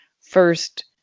first